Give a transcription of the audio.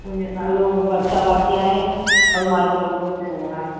मुंहिंजो नालो वर्षा भाटिया आहे और मां जॉब